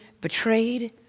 betrayed